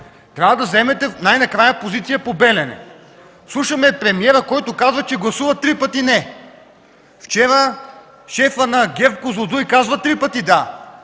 трябва да заемете най-накрая позиция по „Белене”! Слушаме премиера, който казва, че гласува три пъти „не”! Вчера шефът на ГЕРБ – „Козлодуй”, казва три пъти „да”!